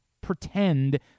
pretend